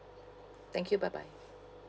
thank you bye bye